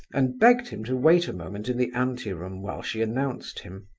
and begged him to wait a moment in the ante-room while she announced him.